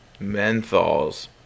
Menthols